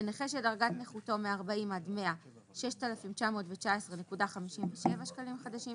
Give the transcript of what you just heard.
לנכה שדרגת נכותו מ-40% עד 100% - 6,919.57 שקלים חדשים,